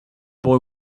boy